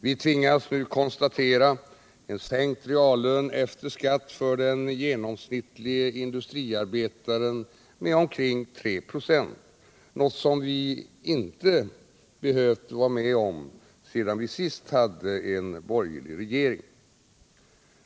Vi tvingas nu konstatera en sänkt reallön efter skatt för den genomsnittlige industriarbetaren med omkring 3 96, något som vi inte behövt vara med om sedan vi senast hade en borgerlig regering.